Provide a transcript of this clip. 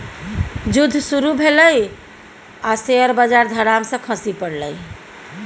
जुद्ध शुरू भेलै आ शेयर बजार धड़ाम सँ खसि पड़लै